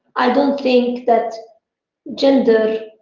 i don't think that gender